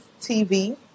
TV